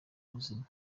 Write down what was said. ubuzima